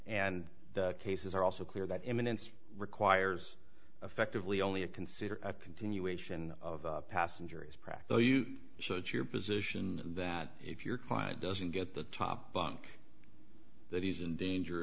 and the cases are also clear that imminence requires effectively only a considered a continuation of passengers practice so it's your position that if your client doesn't get the top bunk that he's in danger